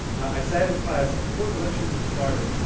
i sat in class, and before the lecture even started,